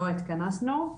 התכנסנו.